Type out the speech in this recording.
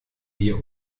wir